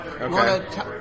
Okay